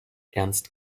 ernst